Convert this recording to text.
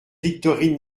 victorine